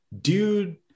Dude